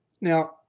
Now